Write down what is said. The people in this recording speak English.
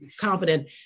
confident